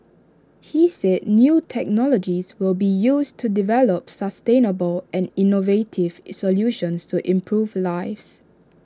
he said new technologies will be used to develop sustainable and innovative solutions to improve lives